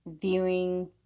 viewing